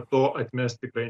to atmesti tikrai